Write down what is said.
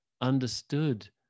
understood